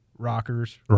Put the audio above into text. Rockers